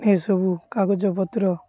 ଏସବୁ କାଗଜପତ୍ର